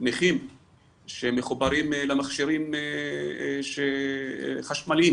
נכים שמחברים למכשירים חשמליים